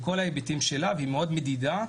בכל ההיבטים שלה והיא מאוד מדידה.